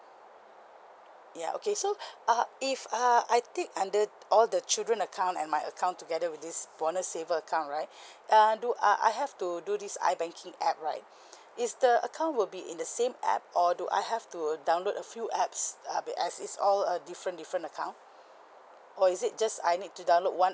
ya okay so uh if uh I think under all the children account and my account together with this bonus saver account right uh do uh I have to do this I banking app right is the account will be in the same app or do I have to download a few apps uh as is all uh different different account or is it just I need to download one